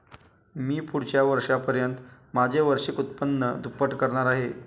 मी पुढच्या वर्षापर्यंत माझे वार्षिक उत्पन्न दुप्पट करणार आहे